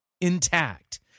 intact